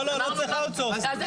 לא, לא צריך Outsourcing.